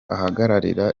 ahagarariye